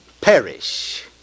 perish